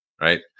right